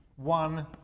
One